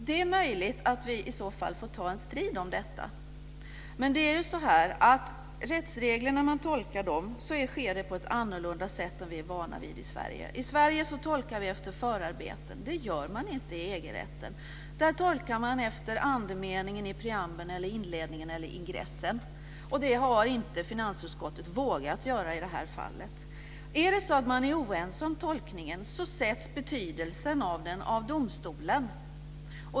Det är möjligt att vi i så fall får ta en strid om detta, men det är ju så att tolkningen av dessa rättsregler sker på ett annat sätt än vad vi är vana vid i Sverige. I Sverige tolkar vi efter förarbeten, men det gör man inte i EG-rätten. Där tolkar man efter andemeningen i "preambeln" i inledningen eller i ingressen. Det har finansutskottet inte vågat göra i det här fallet. Om man är oense om tolkningen fastställs betydelsen av den av domstolen.